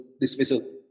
dismissal